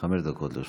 חמש דקות לרשותך.